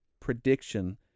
prediction